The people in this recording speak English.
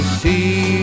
see